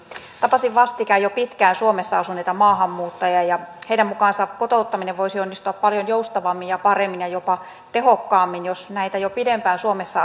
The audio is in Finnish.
tapasin vastikään jo pitkään suomessa asuneita maahanmuuttajia ja heidän mukaansa kotouttaminen voisi onnistua paljon joustavammin ja paremmin ja jopa tehokkaammin jos näitä jo pidempään suomessa